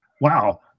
wow